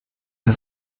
wir